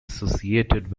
associated